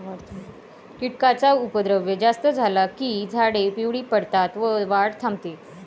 कीटकांचा उपद्रव जास्त झाला की झाडे पिवळी पडतात व वाढ थांबते